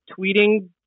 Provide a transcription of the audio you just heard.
tweeting